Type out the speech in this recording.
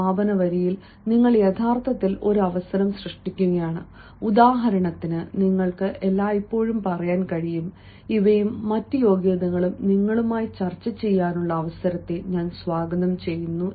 സമാപന വരിയിൽ നിങ്ങൾ യഥാർത്ഥത്തിൽ ഒരു അവസരം സൃഷ്ടിക്കുകയാണ് ഉദാഹരണത്തിന് നിങ്ങൾക്ക് എല്ലായ്പ്പോഴും പറയാൻ കഴിയും ഇവയും മറ്റ് യോഗ്യതകളും നിങ്ങളുമായി ചർച്ച ചെയ്യാനുള്ള അവസരത്തെ ഞാൻ സ്വാഗതം ചെയ്യുന്നു